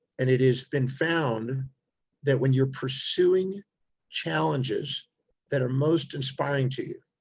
and it has been found that when you're pursuing challenges that are most inspiring to you,